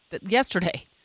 yesterday